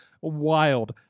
wild